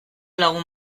lagun